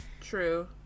true